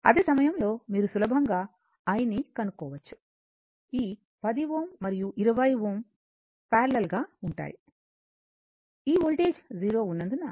అదే సమయంలో మీరు సులభంగా i ని కనుక్కోవచ్చు ఈ 10 Ω మరియు 20 Ω పారలెల్ గా ఉంటాయి ఈ వోల్టేజ్ 0 ఉన్నందున